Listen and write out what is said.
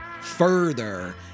further